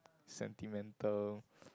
sentimental